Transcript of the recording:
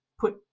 put